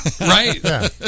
Right